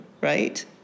right